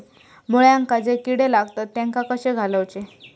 मुळ्यांका जो किडे लागतात तेनका कशे घालवचे?